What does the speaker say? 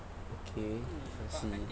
okay I see